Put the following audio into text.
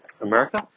America